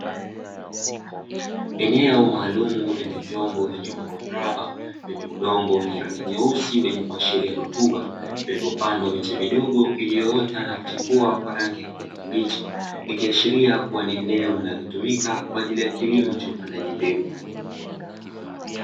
Eneo maalumu lenye vyombo vyenye umbo mraba wenye udongo wenye rangi nyeusi wenye kuashiria rutuba, vilivyopandwa miche midogo iliyoota na kuchipua kwa rangi ya kijani kibichi, ikiashiria kuwa ni eneo linalotumika kwaajili ya kilimo cha upandaji mbegu.